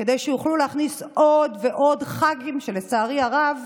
כדי שיוכלו להכניס עוד ועוד ח"כים, שלצערי הרב